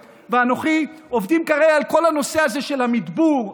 ואנוכי עובדים כרגע על כל הנושא הזה של המדבור,